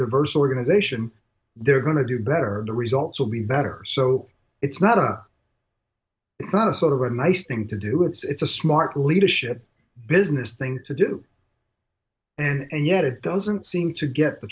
diverse organization they're going to do better the results will be better so it's not a it's not a sort of a nice thing to do it's a smart leadership business thing to do and yet it doesn't seem to get the